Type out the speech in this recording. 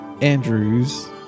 Andrew's